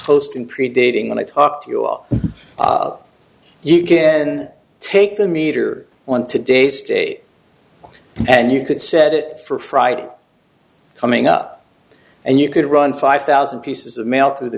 post in predating when i talk to you all you can take the meter on today's date and you could set it for friday coming up and you could run five thousand pieces of mail through the